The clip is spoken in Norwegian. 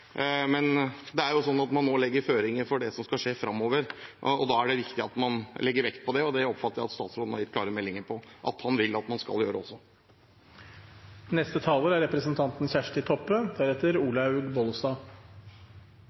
Men nå legger man føringer for det som skal skje framover, og da er det viktig at man legger vekt på det, og det oppfatter jeg også at statsråden har gitt klare meldinger om at han vil at man skal gjøre. Denne situasjonen med veldig mange direktørar som tener uforholdsmessig godt, kom – og har akselerert – med helseføretaksmodellen. Det er